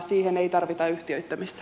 siihen ei tarvita yhtiöittämistä